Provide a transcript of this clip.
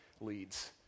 leads